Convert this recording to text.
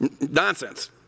nonsense